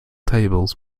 tables